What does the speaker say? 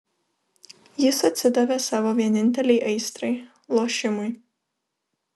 jis atsidavė savo vienintelei aistrai lošimui